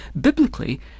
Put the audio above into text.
biblically